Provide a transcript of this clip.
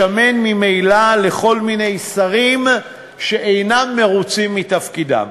השמן ממילא, לכל מיני שרים שאינם מרוצים מתפקידם.